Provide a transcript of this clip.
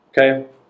Okay